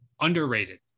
underrated